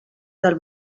del